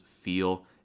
feel